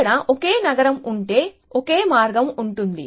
ఇక్కడ ఒకే నగరం ఉంటే ఒకే మార్గం ఉంటుంది